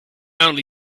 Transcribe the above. only